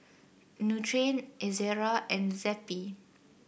Nutren Ezerra and Zappy